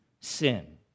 sin